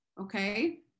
Okay